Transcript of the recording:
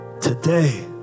today